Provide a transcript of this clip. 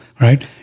right